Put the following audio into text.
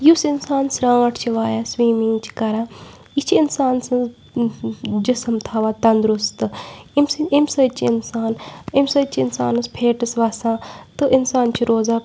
یُس اِنسان سرانٛٹھ چھِ وایان سُوِمِنٛگ چھِ کَران یہِ چھِ اِنسان سٕنٛز جِسم تھاوان تَنٛدرُستہٕ أمۍ سٔنٛد ایٚمہِ سۭتۍ چھِ اِنسان امہِ سۭتۍ چھِ اِنسانَس پھیٹٕس وَسان تہٕ اِنسان چھُ روزان